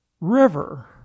river